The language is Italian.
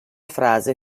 frase